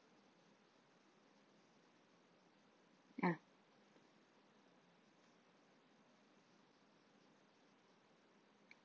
ya